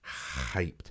hyped